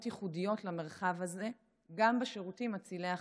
ייחודיות למרחב הזה גם בשירותים מצילי החיים.